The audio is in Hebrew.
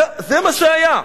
זה מה שהיה.